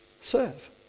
serve